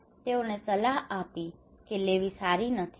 અને તેઓએ સલાહ આપી કે તે લેવી સારી નથી